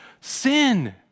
sin